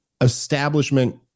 establishment